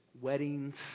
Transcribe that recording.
weddings